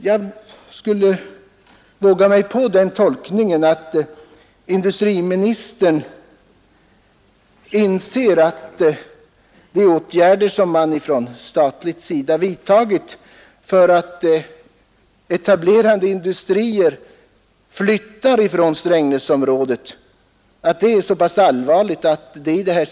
Jag skulle våga mig på den tolkningen att industriministern inser att det är så pass allvarligt att etablerade industrier flyttar från Strängnäsområdet att det bör kompenseras genom statliga åtgärder.